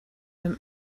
him